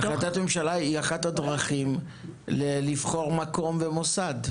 החלטת ממשלה היא אחת הדרכים לבחור מקום ומוסד.